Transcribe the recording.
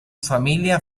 familia